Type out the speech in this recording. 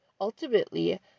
Ultimately